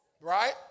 Right